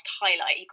highlight